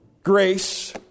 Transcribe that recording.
Grace